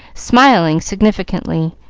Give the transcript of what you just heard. smiling significantly,